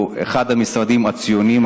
שהוא אחד המשרדים הציוניים,